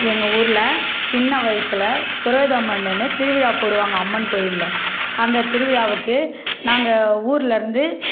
எங்கள் ஊரில் சின்ன வயதில் துரோபதி அம்மனுன்னு திருவிழா போடுவாங்க அம்மன் கோயிலில் அந்த திருவிழாவுக்கு நாங்கள் ஊர்லேருந்து